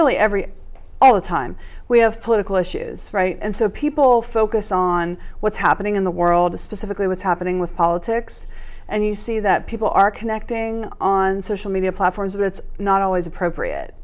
really every day all the time we have political issues right and so people focus on what's happening in the world specifically what's happening with politics and you see that people are connecting on social media platforms that it's not always appropriate